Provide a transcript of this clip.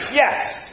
yes